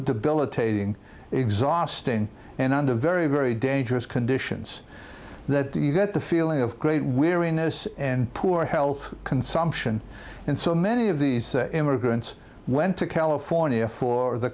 debilitating exhausting and under very very dangerous conditions that you get the feeling of great weariness and poor health consumption and so many of these immigrants went to california for the